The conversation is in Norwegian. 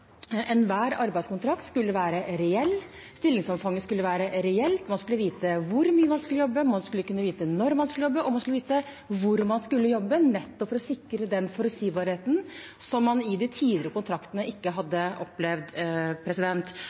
enhver arbeidskontrakt skal være reell, stillingsomfanget skal være reelt, man skal vite hvor mye man skal jobbe, man skal kunne vite når man skal jobbe, og man skal vite hvor man skal jobbe, nettopp for å sikre den forutsigbarheten som man med de tidligere kontraktene ikke hadde opplevd.